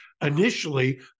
initially